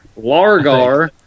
Largar